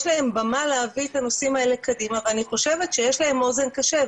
יש להם במה להביא את הנושאים האלה קדימה ואני חושבת שיש להם אוזן קשבת,